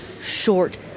short